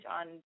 on